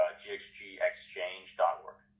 gxgexchange.org